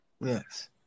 Yes